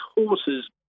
horses